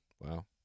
Wow